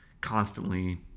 constantly